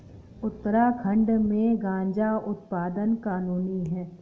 उत्तराखंड में गांजा उत्पादन कानूनी है